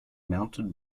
mountain